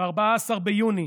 ב-14 ביוני